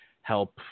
help